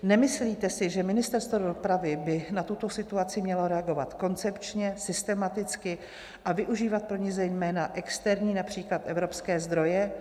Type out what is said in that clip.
Nemyslíte si, že Ministerstvo dopravy by na tuto situaci mělo reagovat koncepčně, systematicky a využívat pro ni zejména externí, například evropské zdroje?